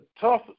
tough